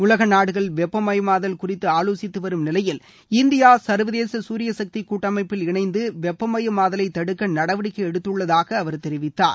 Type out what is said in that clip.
உலகநாடுகள் வெப்பமயமாதல் குறித்து ஆலோசித்து வரும் நிலையில் இந்தியா சர்வதேச சூரியகக்தி கூட்டமைப்பில் இணைந்து வெப்பமயமாதலை தடுக்க நடவடிக்கை எடுத்துள்ளதாக அவர் தெரிவித்தார்